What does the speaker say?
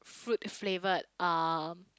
fruit flavoured um